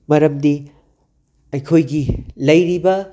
ꯃꯔꯝꯗꯤ ꯑꯩꯈꯣꯏꯒꯤ ꯂꯩꯔꯤꯕ